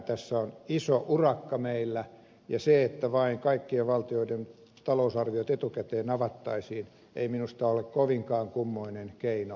tässä on iso urakka meillä ja vain se että kaikkien valtioiden talousarviot etukäteen avattaisiin ei minusta ole kovinkaan kummoinen keino